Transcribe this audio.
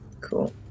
Cool